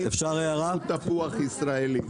לוקחים תפוח ישראלי.